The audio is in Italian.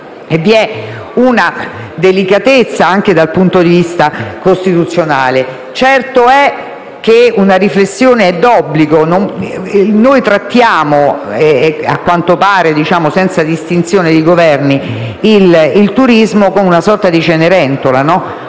però, una delicatezza anche dal punto di vista costituzionale. Certo è che una riflessione è d'obbligo. Noi trattiamo, a quanto pare senza distinzione di Governi, il turismo come una sorta di Cenerentola.